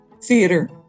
theater